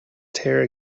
tara